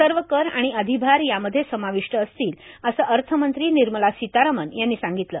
सर्व कर आणि अधिभार यामध्ये समाविष्ट असतील असं अर्थमंत्री निर्मला सीतारामन यांनी सांगितलं